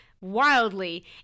wildly